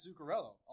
Zuccarello